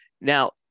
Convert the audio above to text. Now